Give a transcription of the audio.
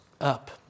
up